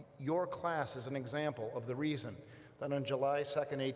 your class is an example of the reason that on july second,